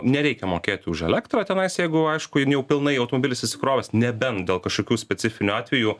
nereikia mokėti už elektrą tenais jeigu aišku jin jau pilnai automobilis įsikrovęs nebent dėl kažkokių specifinių atvejų